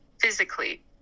physically